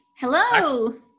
Hello